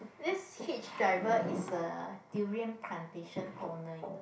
this hitch driver is a durian plantation owner you know